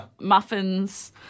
Muffins